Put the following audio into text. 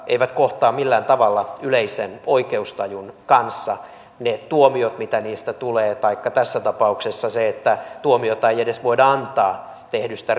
eivät kohtaa millään tavalla yleisen oikeustajun kanssa ne tuomiot mitä niistä tulee taikka tässä tapauksessa se että tuomiota ei edes voida antaa tehdystä